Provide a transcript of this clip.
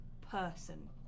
person